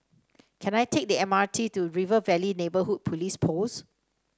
can I take the M R T to River Valley Neighbourhood Police Post